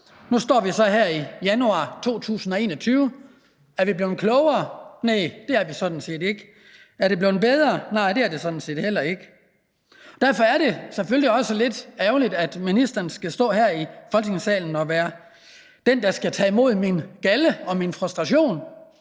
nu står vi så her i januar 2021, og er vi blevet klogere? Næh, det er vi sådan set ikke. Er det blevet bedre? Nej det er det sådan set heller ikke. Derfor er det selvfølgelig også lidt ærgerligt, at ministeren skal stå her i Folketingssalen og være den, der skal tage imod min galde og frustration,